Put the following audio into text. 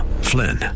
Flynn